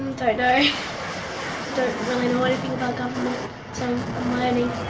and don't know, i don't really know anything about government, so i'm learning.